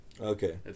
Okay